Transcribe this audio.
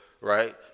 right